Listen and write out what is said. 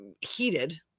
heated